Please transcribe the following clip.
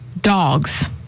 dogs